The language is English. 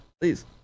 Please